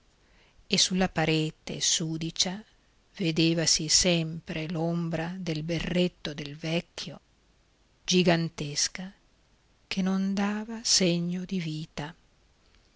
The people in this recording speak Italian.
e sulla parete sudicia vedevasi sempre l'ombra del berretto del vecchio gigantesca che non dava segno di vita